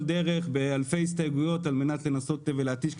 דרך באלפי הסתייגויות על מנת לנסות להתיש,